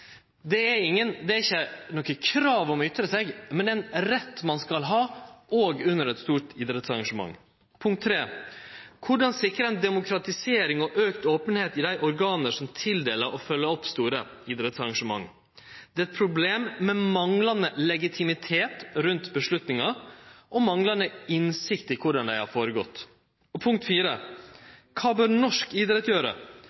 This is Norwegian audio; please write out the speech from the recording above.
ikkje noko krav på å ytre seg, men det er ein rett ein skal ha, òg under eit stort idrettsarrangement. Punkt tre: Korleis sikrar ein demokratisering og auka openheit i dei organa som tildeler og følgjer opp store idrettsarrangement? Det er eit problem med manglande legitimitet rundt avgjerder og manglande innsikt i korleis dei har gått føre seg. Punkt